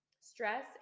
stress